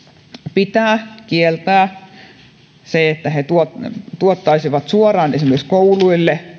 pitää kieltää se että he tuottaisivat jätehuollon suoraan esimerkiksi kouluille